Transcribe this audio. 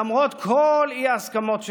למרות כל האי-הסכמות שבתוכנו.